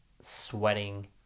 sweating